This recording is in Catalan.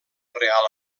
real